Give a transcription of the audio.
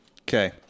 Okay